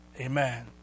Amen